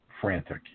frantic